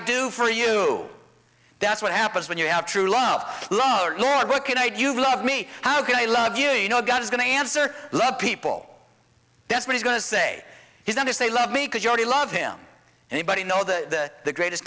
do for you that's what happens when you have true love yeah what can i do you love me how can i love you you know god is going to answer love people that's what he's going to say he's going to say love me because you already love him anybody know that the greatest